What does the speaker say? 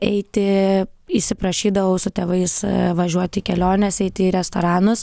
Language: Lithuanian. eiti įsiprašydavau su tėvais važiuot į keliones eit į restoranuose